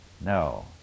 No